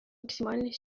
максимальной